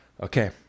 Okay